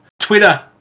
Twitter